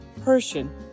Persian